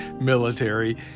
military